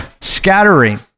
scattering